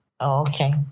Okay